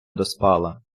доспала